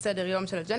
סדר יום ---,